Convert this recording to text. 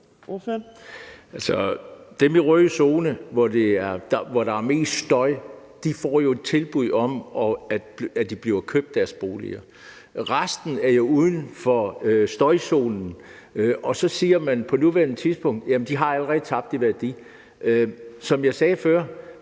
Dem i rød zone, hvor der er mest støj, får jo et tilbud om, at deres boliger bliver opkøbt. Resten er uden for støjzonen. Og så siger man på nuværende tidspunkt, at de allerede har tabt i værdi. Som jeg sagde før,